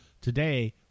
Today